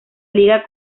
liga